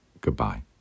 Goodbye